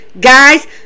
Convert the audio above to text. Guys